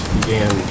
began